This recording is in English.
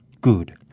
good